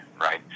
right